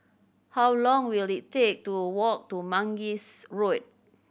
how long will it take to walk to Mangis Road